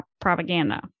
propaganda